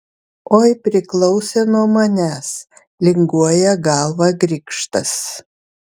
oi priklausė nuo manęs linguoja galvą grikštas